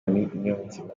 niyonzima